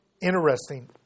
Interesting